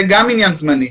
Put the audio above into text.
זה גם עניין זמני.